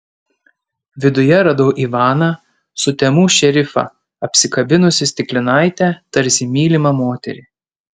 viduje radau ivaną sutemų šerifą apsikabinusį stiklinaitę tarsi mylimą moterį